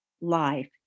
life